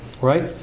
Right